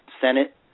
Senate